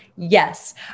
yes